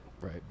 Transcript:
Right